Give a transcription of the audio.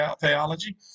theology